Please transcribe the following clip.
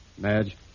Madge